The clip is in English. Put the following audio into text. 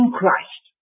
Christ